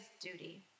duty